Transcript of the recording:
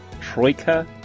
troika